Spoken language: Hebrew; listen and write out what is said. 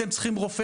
אתם צריכים רופא